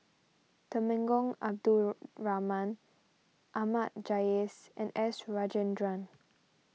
Temenggong Abdul Rahman Ahmad Jais and S Rajendran